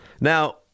Now